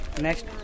Next